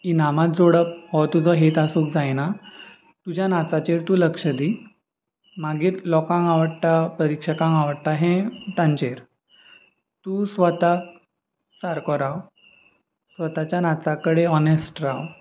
इनामां जोडप हो तुजो हेत आसूंक जायना तुज्या नाचाचेर तूं लक्ष दी मागीर लोकांक आवडटा परिक्षकांक आवडटा हें तांचेर तूं स्वताक सारको राव स्वताच्या नाचा कडेन ऑनेस्ट राव